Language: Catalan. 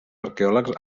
arqueòlegs